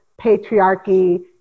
patriarchy